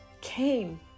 came